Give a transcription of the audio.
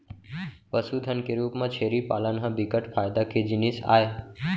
पसुधन के रूप म छेरी पालन ह बिकट फायदा के जिनिस आय